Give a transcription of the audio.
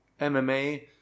MMA